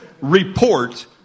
report